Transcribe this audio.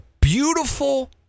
beautiful